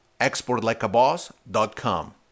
exportlikeaboss.com